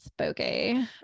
okay